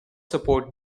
support